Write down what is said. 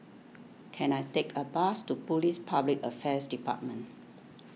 can I take a bus to Police Public Affairs Department